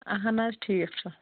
اَہَن حظ ٹھیٖک چھُ